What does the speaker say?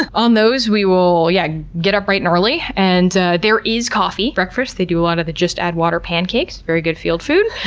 and on those we will yeah get up bright and early and there is coffee. breakfast, they do a lot of the just-add-water pancakes, very good field food.